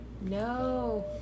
No